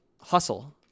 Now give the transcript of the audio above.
hustle